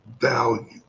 value